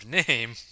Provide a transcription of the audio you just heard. name